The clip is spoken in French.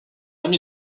ami